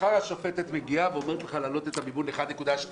מחר השופטת אומרת לך להעלות את המימון ל-1.2,